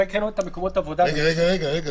עוד לא הקראנו את מקומות העבודה --- רגע, רגע.